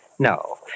No